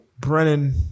Brennan